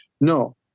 No